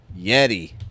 Yeti